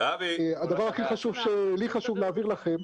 הדבר שלי הכי חשוב להעביר לכם,